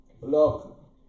look